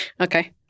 Okay